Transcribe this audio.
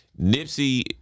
Nipsey